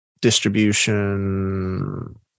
distribution